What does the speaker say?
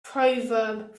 proverb